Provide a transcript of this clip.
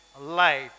life